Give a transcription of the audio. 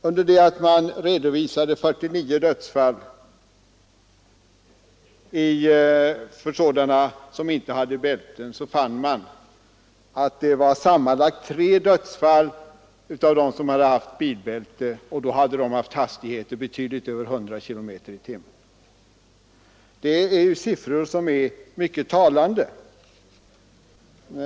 Under det att man redovisade 49 dödsfall bland personer som inte hade bilbälten, fann man att det var sammanlagt tre dödsfall bland dem som använt bilbälten — och de hade kolliderat i hastigheter betydligt över 100 km/tim. Det är ju siffror som är mycket talande.